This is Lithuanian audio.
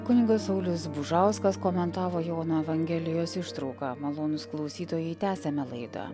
kunigas saulius bužauskas komentavo jono evangelijos ištrauką malonūs klausytojai tęsiame laidą